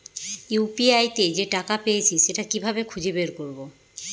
UPI তে যে টাকা পেয়েছি সেটা কিভাবে খুঁজে বের করবো?